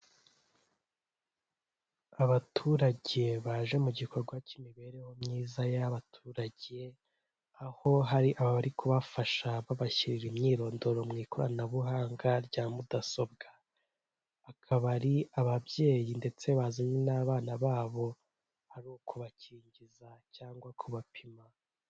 Abaturage baje mu gikorwa cy'imibereho myiza y'abaturage, aho hari abari kubafasha babashyirira imyirondoro mu ikoranabuhanga rya mudasobwa. Akaba ari ababyeyi ndetse bazanye n'abana babo ari ukubakingiza cyangwa kubapima.